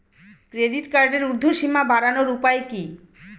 Credit কার্ডের উর্ধ্বসীমা বাড়ানোর উপায় কি?